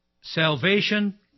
Salvation